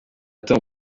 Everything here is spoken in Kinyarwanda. tom